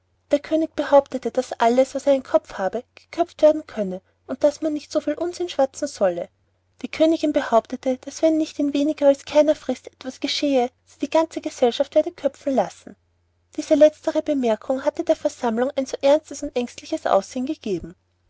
der könig behauptete daß alles was einen kopf habe geköpft werden könne und daß man nicht so viel unsinn schwatzen solle die königin behauptete daß wenn nicht in weniger als keiner frist etwas geschehe sie die ganze gesellschaft würde köpfen lassen diese letztere bemerkung hatte der versammlung ein so ernstes und ängstliches aussehen gegeben